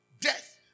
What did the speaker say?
death